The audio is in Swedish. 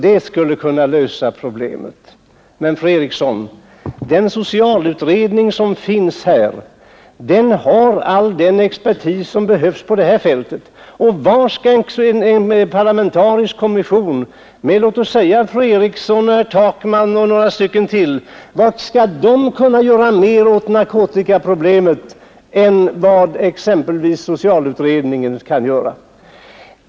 Men, fru Eriksson, den pågående socialutredningen har all den expertis som behövs på det här fältet. Vad skall en parlamentarisk kommission med låt oss säga fru Eriksson, herr Takman och några till kunna göra mera åt narkotikaproblemet än vad exempelvis socialutredningen kan göra?